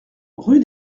rue